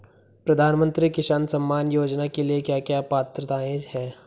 प्रधानमंत्री किसान सम्मान योजना के लिए क्या क्या पात्रताऐं हैं?